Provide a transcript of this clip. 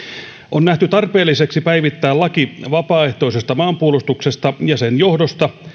on nähty tarpeelliseksi päivittää laki vapaaehtoisesta maanpuolustuksesta ja sen johdosta